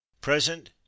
Present